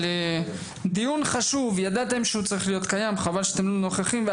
זה דיון חשוב וידעתם שהוא מתקיים ולכן חבל שאתם לא נוכחים.